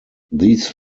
these